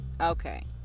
Okay